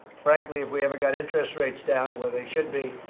frankly, if we ever got interest rates down where they should be,